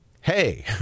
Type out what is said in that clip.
Hey